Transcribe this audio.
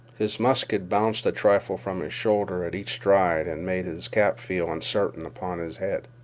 his musket bounced a trifle from his shoulder at each stride and made his cap feel uncertain upon his head.